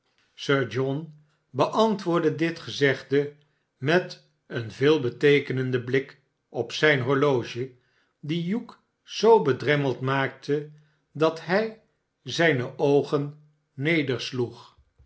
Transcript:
sir john beantwoordde dit gezegde met een veelbeteekenenden blik op zijn horloge die hugh zoo bedremmeld maakte dat hij zijne oogen